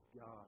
God